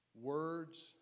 Words